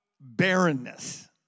barrenness